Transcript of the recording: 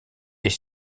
est